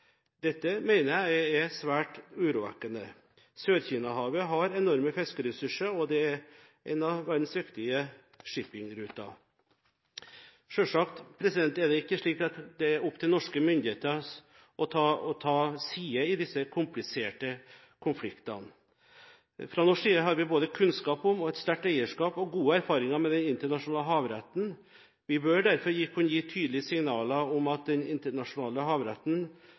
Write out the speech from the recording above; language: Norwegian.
Dette mener jeg er svært urovekkende. Sør-Kina-havet har enorme fiskeressurser, og det er en av verdens viktigste shippingruter. Selvsagt er det ikke slik at det er opp til norske myndigheter å ta side i disse kompliserte konfliktene, men fra norsk side har vi både kunnskap om og et sterkt eierskap og forhold til den internasjonale havretten. Vi bør derfor kunne gi tydelige signaler om at den internasjonale havretten,